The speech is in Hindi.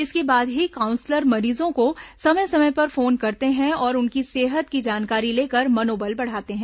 इसके बाद ही काउंसलर मरीजों को समय समय पर फोन करते हैं और उनकी सेहत की जानकारी लेकर मनोबल बढ़ाते हैं